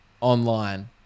online